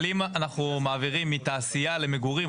אבל אם אנחנו מעבירים מתעשייה למגורים,